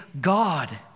God